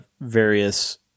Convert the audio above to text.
various